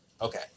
Okay